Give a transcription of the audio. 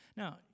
Now